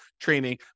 training